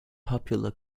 popular